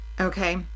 Okay